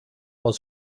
aus